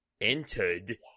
entered